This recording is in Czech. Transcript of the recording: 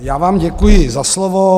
Já vám děkuji za slovo.